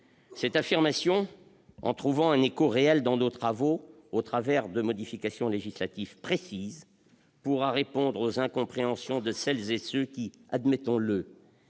Cette affirmation, en trouvant un écho réel dans nos travaux au travers de modifications législatives précises, permettra de répondre aux incompréhensions de celles et ceux qui, admettons-le,